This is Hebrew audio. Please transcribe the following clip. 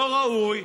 לא ראוי.